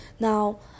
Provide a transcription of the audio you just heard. Now